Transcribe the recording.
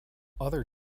other